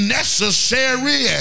necessary